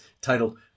titled